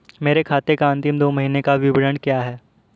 मेरे खाते का अंतिम दो महीने का विवरण क्या है?